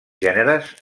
gèneres